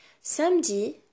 Samedi